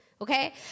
okay